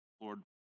Lord